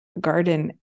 garden